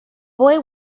boy